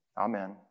Amen